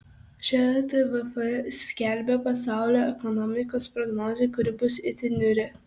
šiandien tvf skelbia pasaulio ekonomikos prognozę kuri bus itin niūri